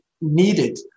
needed